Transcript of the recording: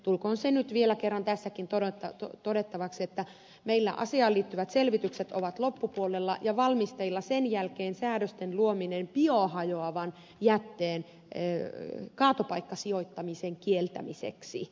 tulkoon se nyt vielä kerran tässäkin todetuksi että meillä asiaan liittyvät selvitykset ovat loppusuoralla ja valmisteilla ja sen jälkeen vuorossa on säädösten luominen biohajoavan jätteen kaatopaikkasijoittamisen kieltämiseksi